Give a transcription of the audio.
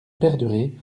perdurer